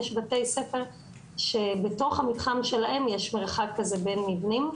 יש בתי ספר שבתוך המתחם שלהם יש מרחק כזה בין מבנים.